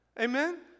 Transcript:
Amen